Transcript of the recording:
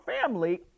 family